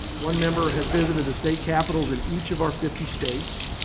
one member has visited the state capitols in each of our fifty states.